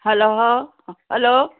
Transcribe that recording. hello hello